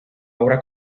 obra